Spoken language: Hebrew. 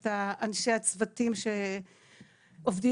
את אנשי הצוותים שעובדים.